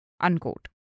unquote